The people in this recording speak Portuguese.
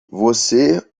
você